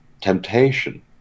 temptation